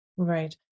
Right